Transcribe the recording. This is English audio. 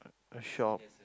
a shop